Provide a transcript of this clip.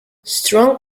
strong